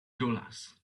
dollars